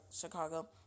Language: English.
Chicago